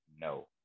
no